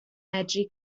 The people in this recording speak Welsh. medru